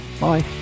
bye